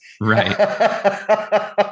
Right